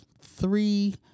three